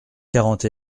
quarante